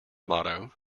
motto